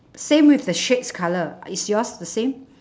same with shades colour is yours the same